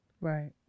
right